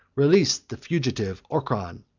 release the fugitive orchan,